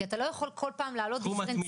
כי אתה לא יכול כל פעם להעלות דיפרנציאלי